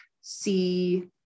see